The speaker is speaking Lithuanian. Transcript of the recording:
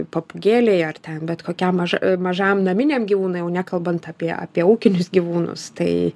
papūgėlei ar ten bet kokiam maža mažam naminiam gyvūnui jau nekalbant apie apie ūkinius gyvūnus tai